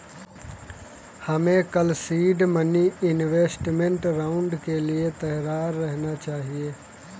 हमें कल के सीड मनी इन्वेस्टमेंट राउंड के लिए तैयार रहना चाहिए